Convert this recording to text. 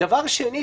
דבר שני,